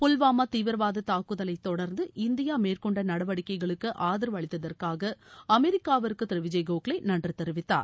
புல்வாமா தீவிரவாத தாக்குதலை தொடர்ந்து இந்தியா மேற்கொண்ட நடவடிக்கைகளுக்கு ஆதாவு அளித்ததற்காக அமெரிக்காவிற்கு திரு விஜய் கோகலே நன்றி தெரிவித்தார்